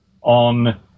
on